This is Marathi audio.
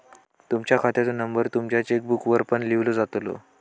तुमच्या खात्याचो नंबर तुमच्या चेकबुकवर पण लिव्हलो जातलो